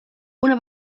una